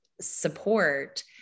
Support